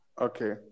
okay